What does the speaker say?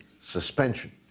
suspension